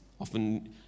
Often